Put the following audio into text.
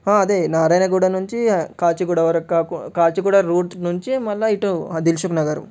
అదే నారాయణగూడ నుంచి కాచిగూడ వరకు కా కు కాచిగూడ రూట్ నుంచి మళ్ళీ ఇటు దిల్షుఖ్నగరు